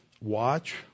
watch